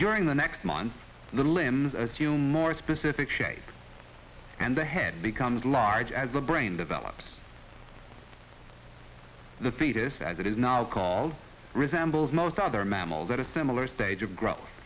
during the next months the limbs assume more specific shape and the head becomes large as the brain develops the foetus as it is now called resembles most other mammals that a similar stage of gro